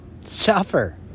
suffer